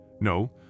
no